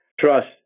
trust